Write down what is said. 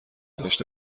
داشته